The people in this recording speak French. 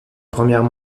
premières